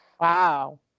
Wow